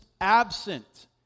absent